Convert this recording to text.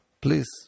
please